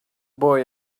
boy